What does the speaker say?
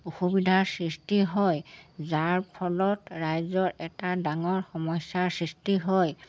অসুবিধাৰ সৃষ্টি হয় যাৰ ফলত ৰাইজৰ এটা ডাঙৰ সমস্যাৰ সৃষ্টি হয়